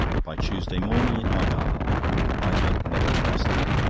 by tuesday morning in argyll ivor never rested.